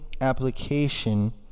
application